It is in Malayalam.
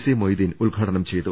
സി മൊയ്തീൻ ഉദ്ഘാടനം ചെയ്തു